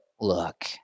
look